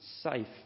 safe